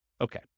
Okay